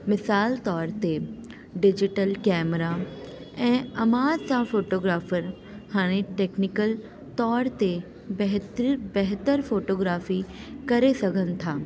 मिसालु तौर ते डिजीटल केमरा ऐं अमास जा फ़ोटोग्राफ़र हाणे टेक्नीकल तौर ते बहितर बहितर फ़ोटोग्राफ़ी करे सघनि था